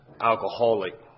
alcoholic